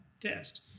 test